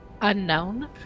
Unknown